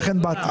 ולכן באתי.